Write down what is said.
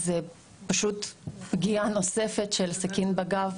זה פשוט פגיעה נוספת וסכין בגב.